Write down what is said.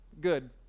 good